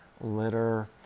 litter